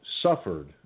suffered